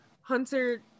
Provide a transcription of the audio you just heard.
Hunter